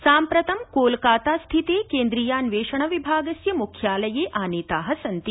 साम्प्रतं कोलकातास्थिते केन्द्रीयान्वेषणविभागस्य मुख्यालये आनीता सन्ति